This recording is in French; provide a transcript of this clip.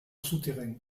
souterrain